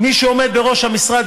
מי שעומד בראש המשרד,